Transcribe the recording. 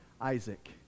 Isaac